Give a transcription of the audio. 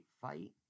fight